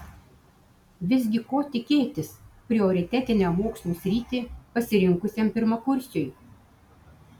visgi ko tikėtis prioritetinę mokslų sritį pasirinkusiam pirmakursiui